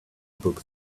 books